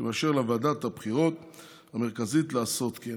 שמאפשר לוועדת הבחירות המרכזית לעשות כן.